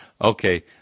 Okay